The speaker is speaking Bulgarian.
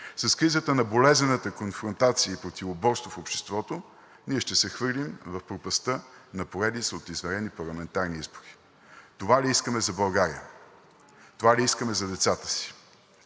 с кризата на болезнената конфронтация и противоборство в обществото, ние ще се хвърлим в пропастта на поредица от извънредни парламентарни избори. Това ли искаме за България? Това ли искаме за децата си?